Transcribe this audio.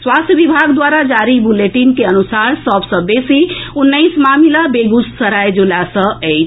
स्वास्थ्य विभाग द्वारा जारी बुलेटिन के अनुसार सभ सँ बेसी उन्नैस मामिला बेगूसराय जिला सँ अछि